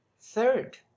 Third